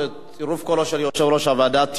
ובצירוף קולו של יושב-ראש הוועדה,